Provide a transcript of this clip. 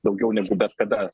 daugiau negu bet kada